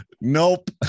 nope